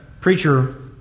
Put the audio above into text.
preacher